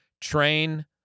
train